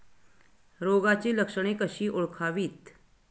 रोगाची लक्षणे कशी ओळखावीत?